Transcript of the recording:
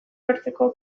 lortzeko